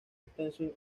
extenso